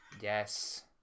Yes